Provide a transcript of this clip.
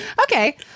Okay